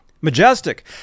Majestic